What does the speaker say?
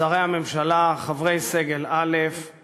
שרי הממשלה, חברי סגל א';